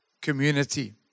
community